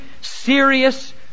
serious